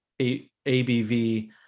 ABV